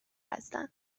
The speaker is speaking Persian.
هستن